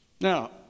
Now